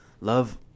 love